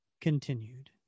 continued